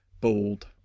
bold